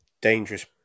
Dangerous